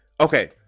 okay